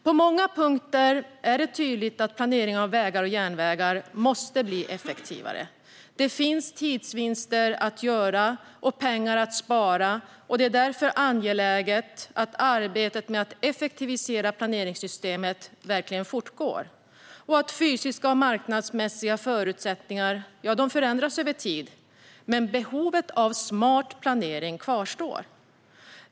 På många punkter är det tydligt att planeringen av vägar och järnvägar måste bli effektivare. Det finns tidsvinster att göra och pengar att spara, och det är därför angeläget att arbetet med att effektivisera planeringssystemet fortgår. Fysiska och marknadsmässiga förutsättningar förändras över tid, men behovet av smart planering består.